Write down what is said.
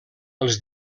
els